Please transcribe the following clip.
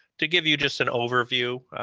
to give you just an overview,